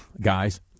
guys